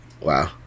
Wow